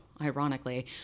ironically